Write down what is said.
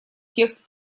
текст